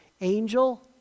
angel